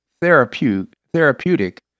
therapeutic